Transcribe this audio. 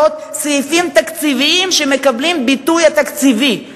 סעיפים תקציביים שמקבלים ביטוי תקציבי.